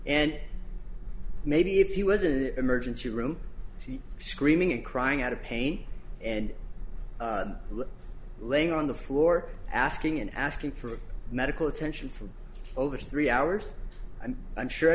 and maybe if he was an emergency room screaming and crying out of pain and laying on the floor asking and asking for medical attention from over three hours and i'm sure